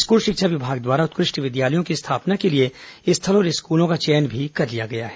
school शिक्षा विभाग द्वारा उत्कृष्ट विद्यालयों की स्थापना के लिए स्थल और स्कूलों का चयन भी कर लिया गया है